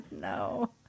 No